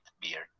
beard